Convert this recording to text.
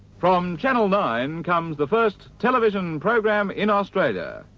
from channel nine comes the first television program in australia.